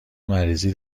مریضی